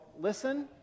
listen